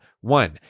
One